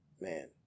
man